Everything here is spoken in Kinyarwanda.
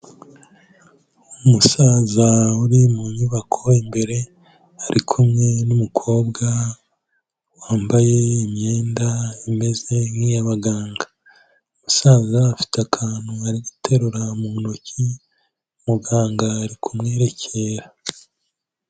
Umusaza uri mu nyubako imbere, ari kumwe n'umukobwa, wambaye imyenda imeze nk'iy'abaganga, umusaza afite akantu ari guterura mu ntoki, muganga ari kumwerekera.